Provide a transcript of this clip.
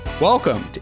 Welcome